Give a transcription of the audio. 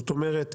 זאת אומרת,